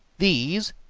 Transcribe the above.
these,